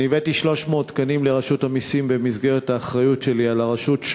אני הבאתי 300 תקנים לרשות המסים במסגרת האחריות שלי לרשות,